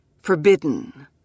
Forbidden